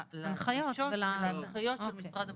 לדרישות ולהנחיות של משרד הבריאות.